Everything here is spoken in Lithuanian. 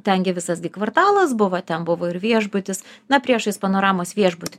ten gi visas gi kvartalas buvo ten buvo ir viešbutis na priešais panoramos viešbutį